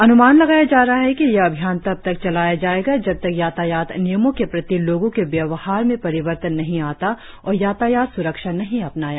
अन्मान लगाया जा रहा है कि यह अभियान तब तक चलाया जाएगा जब तक यातायात नियमों के प्रति लोगो के व्यवहार में परिवर्तन नही आता और यातायात स्रक्षा नही अपनाया जाता